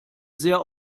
sehr